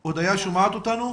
הודיה, את שומעת אותנו?